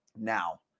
now